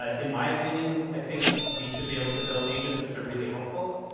ah in my opinion, i think we should be able to build agents which are really helpful.